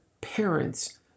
parents